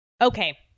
Okay